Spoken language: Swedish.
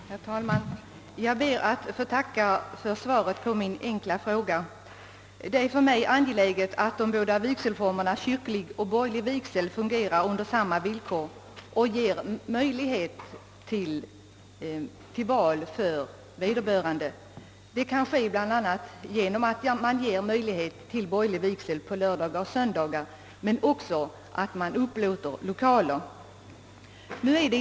Herr talman! Jag ber att få tacka för svaret på min enkla fråga. Det är för mig angeläget att de båda vigselformerna — kyrklig och borgerlig vigsel — fungerar under samma villkor och ger möjlighet till valfrihet för vederbörande. Det kan ske bl.a. genom att man ger möjlighet till borgerlig vigsel lördagar och söndagar men också genom att man upplåter stilfulla lokaler.